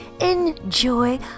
Enjoy